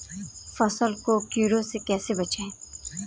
फसल को कीड़ों से कैसे बचाएँ?